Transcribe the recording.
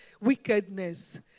wickedness